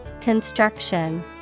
Construction